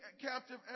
captive